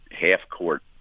half-court